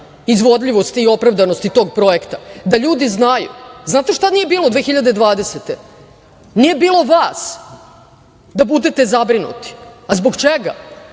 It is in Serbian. izvodljivosti i opravdanosti tog projekta, da ljudi znaju. Znate šta nije bilo 2020. godine? Nije bilo vas da budete zabrinuti. Zbog čega?